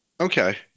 Okay